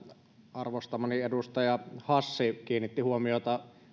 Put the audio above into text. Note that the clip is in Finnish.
arvostamani edustaja hassi kiinnitti huomiota